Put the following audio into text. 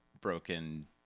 broken